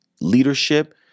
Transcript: leadership